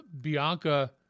Bianca